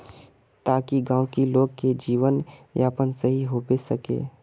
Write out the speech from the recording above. ताकि गाँव की लोग के जीवन यापन सही होबे सके?